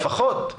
לפחות.